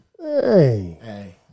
Hey